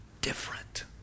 different